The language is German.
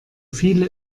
viele